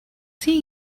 see